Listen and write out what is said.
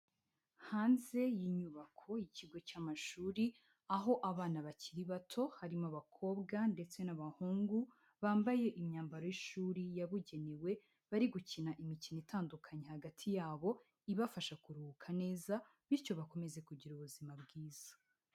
Hanze y'inyubako y'ikigo cy'amashuri aho abana bakiri bato harimo abakobwa ndetse n'abahungu bambaye imyambaro y'ishuri yabugenewe, bari gukina imikino itandukanye hagati yabo ibafasha kuruhuka neza, bityo bakomeze kugira ubuzima bwiza.